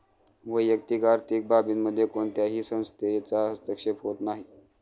वैयक्तिक आर्थिक बाबींमध्ये कोणत्याही संस्थेचा हस्तक्षेप होत नाही